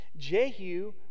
Jehu